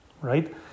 Right